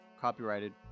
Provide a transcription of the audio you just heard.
copyrighted